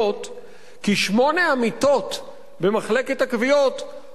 כי שמונה המיטות במחלקת הכוויות היו תפוסות.